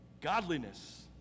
Godliness